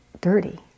dirty